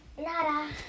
Nada